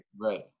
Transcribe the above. Right